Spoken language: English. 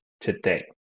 today